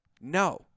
No